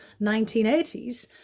1980s